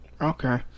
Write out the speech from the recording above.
okay